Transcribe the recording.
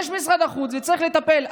משרד החוץ צריך לטפל.